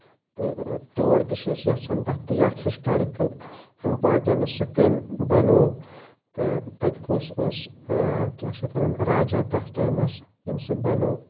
تہٕ تور تہِ چھِ أسۍ یَژھان تَتھ اکھ ہِسٹارِکَل اِمپارٹیٚنٕس سُہ کٔمۍ بَنوو تہٕ تَتہِ کُس اوس کیاہ چھِ اتھ ونان راجا تَتھ ٹایمَس یٔمۍ سُہ بَنو